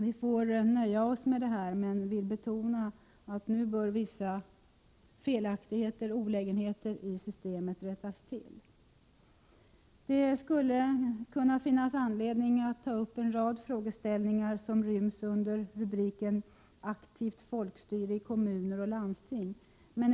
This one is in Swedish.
Vi får nöja oss med detta, men vi vill betona att vissa felaktigheter och olägenheter i systemet nu bör rättas till. Det skulle kunna finnas anledning att ta upp en rad frågeställningar som ryms under rubriken Aktivt folkstyre i kommuner och landsting.